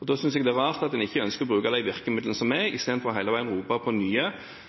Da synes jeg det er rart at en ikke ønsker å bruke de virkemidlene som er, i stedet for hele veien å rope på nye,